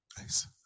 Nice